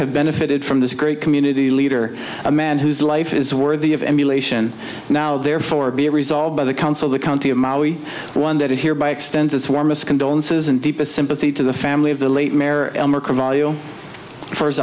have benefited from this great community leader a man whose life is worthy of emulation now therefore be resolved by the council the county of mali one that here by extends its warmest condolences and deepest sympathy to the family of